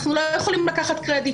אנחנו לא יכולים לקחת קרדיט,